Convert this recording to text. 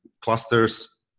clusters